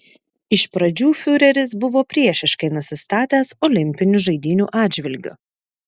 iš pradžių fiureris buvo priešiškai nusistatęs olimpinių žaidynių atžvilgiu